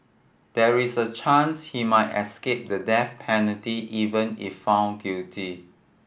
there is a chance he might escape the death penalty even if found guilty